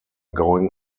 going